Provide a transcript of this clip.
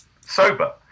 sober